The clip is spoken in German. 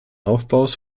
aufbaus